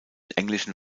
englischen